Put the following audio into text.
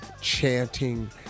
chanting